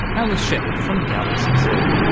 alice sheppard from galaxy zoo.